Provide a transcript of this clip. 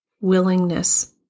willingness